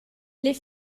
les